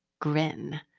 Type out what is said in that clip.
grin